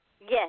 Yes